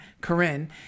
corinne